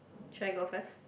should I go first